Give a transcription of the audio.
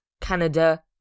Canada